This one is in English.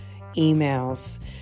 emails